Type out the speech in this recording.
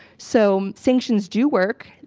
so sanctions do work.